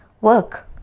work